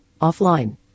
offline